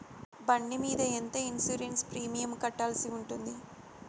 బండి మీద ఎంత ఇన్సూరెన్సు ప్రీమియం కట్టాల్సి ఉంటుంది?